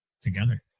together